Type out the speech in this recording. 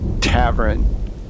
tavern